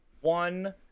one